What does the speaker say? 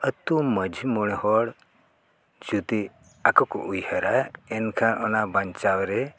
ᱟᱛᱳ ᱢᱟᱺᱡᱷᱤ ᱢᱚᱬᱮ ᱦᱚᱲ ᱡᱩᱫᱤ ᱟᱠᱚ ᱠᱚ ᱩᱭᱦᱟᱹᱨᱟ ᱮᱱᱠᱷᱟᱱ ᱚᱱᱟ ᱵᱟᱧᱪᱟᱣ ᱨᱮ